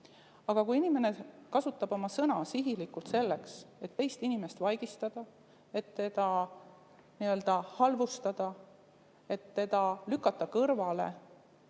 Aga kui inimene kasutab oma sõna sihilikult selleks, et teist inimest vaigistada, teda halvustada, teda kõrvale